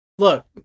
Look